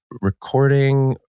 recording